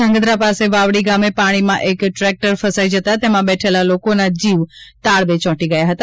ધાગ્રધા પાસે વાવડી ગામે પાણીમાં એક ટ્રેક્ટર ફસાઈ જતા તેમાં બેઠેલા લોકોના જીવ તાળવે ચોટી ગયા હતા